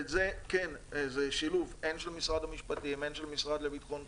וזה שילוב של משרד המשפטים עם משרד לביטחון פנים,